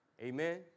amen